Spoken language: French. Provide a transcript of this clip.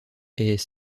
est